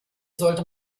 sollte